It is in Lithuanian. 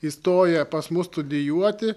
įstoję pas mus studijuoti